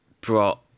brought